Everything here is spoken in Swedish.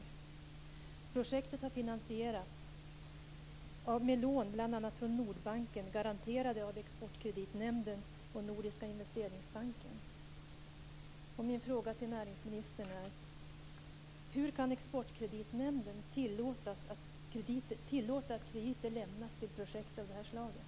Projektet har finansierats med lån bl.a. från Min fråga till näringsministern är: Hur kan Exportkreditnämnden tillåta att krediter lämnas till projekt av det är slaget?